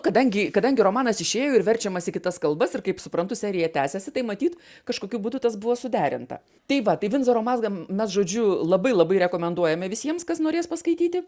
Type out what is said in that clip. kadangi kadangi romanas išėjo ir verčiamas į kitas kalbas ir kaip suprantu serija tęsėsi tai matyt kažkokiu būdu tas buvo suderinta tai va tai vindzoro mezgą mes žodžiu labai labai rekomenduojame visiems kas norės paskaityti